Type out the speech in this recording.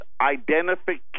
identification